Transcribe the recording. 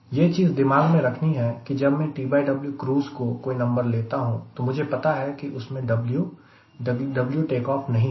यह चीज दिमाग में रखनी है कि जब मैं TW क्रूज़ को कोई नंबर लेता हूं तो मुझे पता है कि उसमें W W टेकऑफ नहीं है